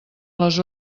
les